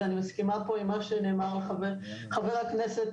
ואני מסכימה פה עם מה שנאמר על ידי חבר הכנסת